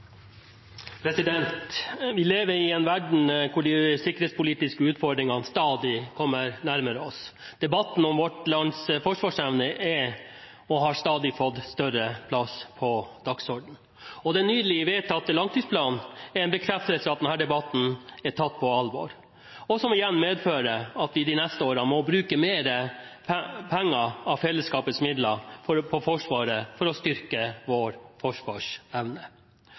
Vi lever i en verden hvor de sikkerhetspolitiske utfordringene stadig kommer nærmere oss. Debatten om vårt lands forsvarsevne har fått en stadig større plass på dagsordenen. Den nylig vedtatte langtidsplanen er en bekreftelse av at denne debatten er tatt på alvor, og som igjen medfører at vi de neste årene må bruke mer penger av fellesskapets midler på Forsvaret for å styrke vår forsvarsevne.